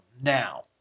Now